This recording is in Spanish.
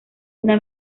una